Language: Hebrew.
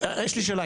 יש לי שאלה,